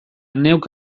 neuk